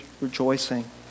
rejoicing